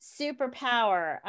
superpower